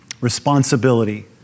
responsibility